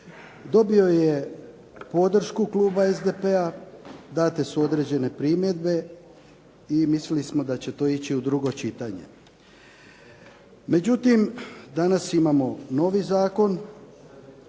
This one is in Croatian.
dobio je podršku kluba SDP-a, date su određene primjedbe i mislili smo da će to ići u drugo čitanje. Međutim, danas imamo novi zakon